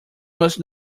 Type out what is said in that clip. must